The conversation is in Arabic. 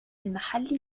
المحل